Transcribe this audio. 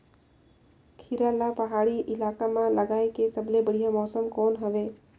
खीरा ला पहाड़ी इलाका मां लगाय के सबले बढ़िया मौसम कोन हवे?